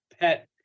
PET